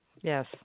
Yes